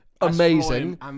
amazing